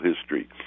history